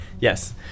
Yes